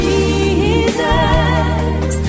Jesus